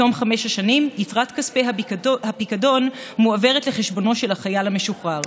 בתום חמש השנים יתרת כספי הפיקדון מועברת לחשבונו של החייל המשוחרר.